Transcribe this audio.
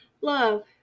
love